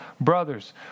Brothers